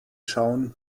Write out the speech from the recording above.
schauen